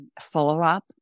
follow-up